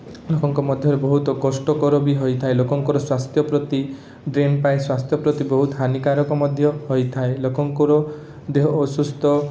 ଲୋକଙ୍କ ମଧ୍ୟରେ ବହୁତ କଷ୍ଟକର ବି ହୋଇଥାଏ ଲୋକଙ୍କର ସ୍ୱାସ୍ଥ୍ୟ ପ୍ରତି ଡ୍ରେନ୍ ପାଇଁ ସ୍ୱାସ୍ଥ୍ୟ ପ୍ରତି ବହୁତ ହାନିକାରକ ମଧ୍ୟ ହୋଇଥାଏ ଲୋକଙ୍କର ଦେହ ଅସୁସ୍ଥ